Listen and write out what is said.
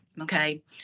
okay